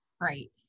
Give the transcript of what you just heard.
Right